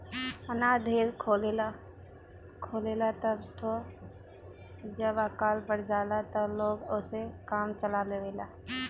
अनाज ढेर होखेला तबे त जब अकाल पड़ जाला त लोग ओसे काम चला लेवेला